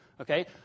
Okay